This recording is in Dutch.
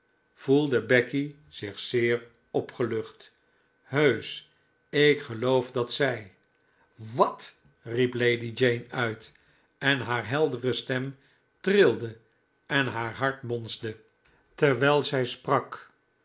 voelde becky z j ch zeer opgelucht heusch ik geloof dat zij wat riep lady jane uit en haar heldere stem trilde en haar hart bonsde terwijl zij sprak